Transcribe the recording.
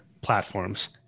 platforms